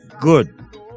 Good